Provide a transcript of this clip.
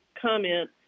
comment